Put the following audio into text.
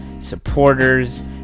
supporters